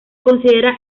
considera